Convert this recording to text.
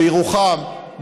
בירוחם,